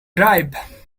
drive